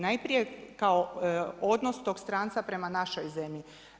Najprije kao odnos tog stranca prema našoj zemlji.